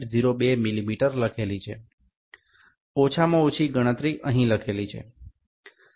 02 millimetre લખેલી છે ઓછામાં ઓછી ગણતરી અહીં લખેલી છે